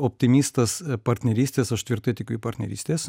optimistas partnerystės aš tvirtai tikiu į partnerystes